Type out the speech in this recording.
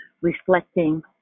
reflecting